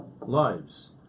lives